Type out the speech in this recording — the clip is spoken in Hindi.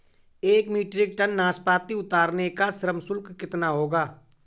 एक मीट्रिक टन नाशपाती उतारने का श्रम शुल्क कितना होगा?